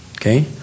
Okay